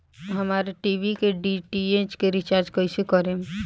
हमार टी.वी के डी.टी.एच के रीचार्ज कईसे करेम?